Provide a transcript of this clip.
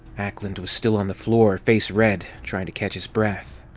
ackland was still on the floor, face red, trying to catch his breath.